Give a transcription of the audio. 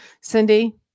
Cindy